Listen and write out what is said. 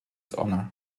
honor